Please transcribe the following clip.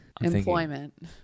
Employment